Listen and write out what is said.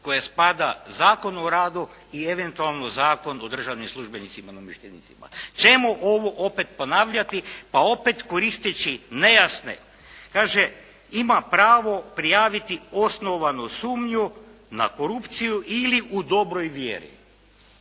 koja spada u Zakon o radu i eventualno Zakon o državnim službenicima i namještenicima. Čemu ovo opet ponavljati, pa opet koristeći nejasne. Kaže, ima pravo prijaviti osnovanu sumnju na korupciju ili u dobroj vjeri